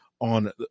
on